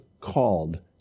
called